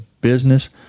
business